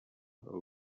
who